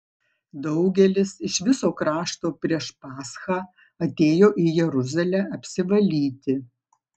daugelis iš viso krašto prieš paschą atėjo į jeruzalę apsivalyti